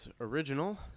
original